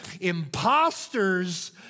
Imposters